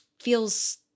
feels